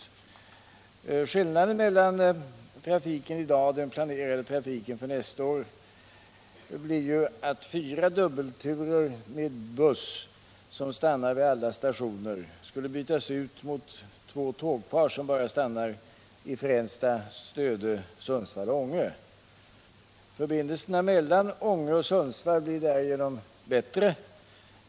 Den förändring som föreslås mellan trafiken i dag och den plancrade trafiken är att fyra dubbelturer med buss som stannar vid alla stationer skulle bytas ut mot två tågpar som bara stannar i Fränsta, Stöde, Sundsvall och Ånge. Förbindelserna mellan Ånge och Sundsvall blir därigenom bättre.